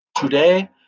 Today